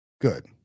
good